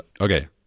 Okay